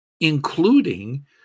including